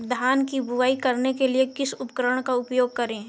धान की बुवाई करने के लिए किस उपकरण का उपयोग करें?